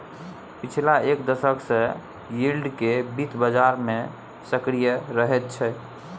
पछिला एक दशक सँ यील्ड केँ बित्त बजार मे सक्रिय रहैत छै